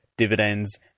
Dividends